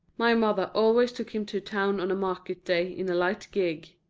my mother always took him to town on a market-day in a light gig.